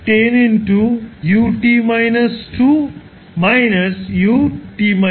এই ফাংশনটি হবে g 10 U U